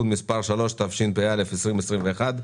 התשפ"א-2021,